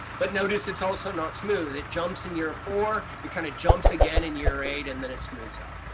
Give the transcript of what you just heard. but notice it's also not smooth. it jumps in year four, it kind of jumps again in year eight, and then it smooths out.